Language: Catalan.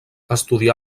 estudià